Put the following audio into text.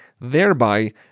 thereby